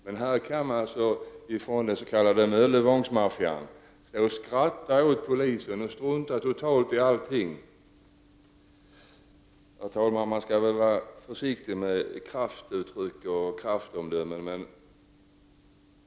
Men den s.k. Möllevångsmaffian kan stå och skratta åt polisen och strunta totalt i allting. Herr talman! Man skall väl vara försiktig med kraftuttryck och starka omdömen.